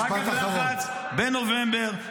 אחר כך לחץ בנובמבר,